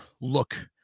look